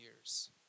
years